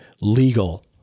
legal